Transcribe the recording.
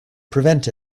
prevent